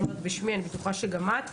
אני מדברת בשמי ואני בטוחה שגם את.